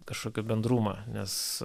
kažkokį bendrumą nes